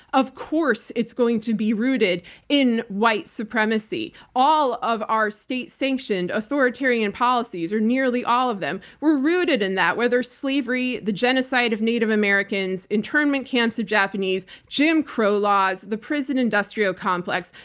of course, it's going to be rooted in white supremacy. all of our state-sanctioned authoritarian policies, or nearly all of them, were rooted in that, whether slavery, the genocide of native americans, internment camps of japanese, jim crow laws, the prison-industrial complex.